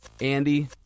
Andy